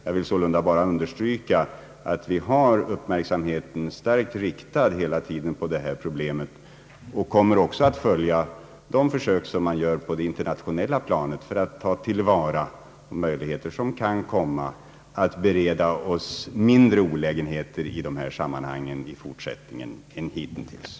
Jag vill sålunda bara understryka att vi hela tiden har uppmärksamheten starkt riktad på detta problem och att vi också följer de försök som görs på det internationella planet för att ta till vara möjligheterna att minska de olägenheter vi för närvarande har i dessa sammanhang.